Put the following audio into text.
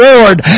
Lord